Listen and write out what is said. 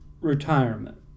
retirement